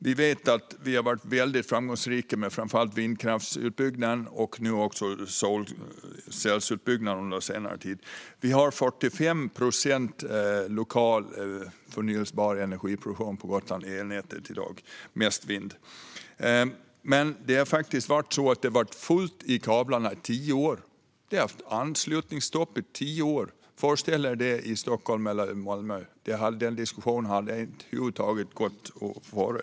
Vi har varit mycket framgångsrika med framför allt vindkraftsutbyggnaden och under senare tid också med solcellsutbyggnaden. Vi har 45 procent lokal förnybar energiproduktion i elnätet på Gotland i dag - mest vindkraft. Men det har faktiskt varit fullt i kablarna i tio år. Det har varit anslutningsstopp i tio år. Föreställ er det i Stockholm eller i Malmö! Den diskussionen hade över huvud taget inte gått att föra där.